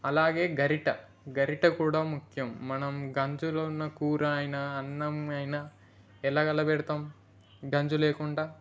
అలాగే గరిట గరిట కూడా ముఖ్యం మనం గంజులో ఉన్న కూర అయినా అన్నం అయినా ఎలా కలబెడతాం గంజు లేకుండా